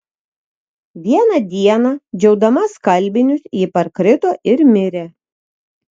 vieną dieną džiaudama skalbinius ji parkrito ir mirė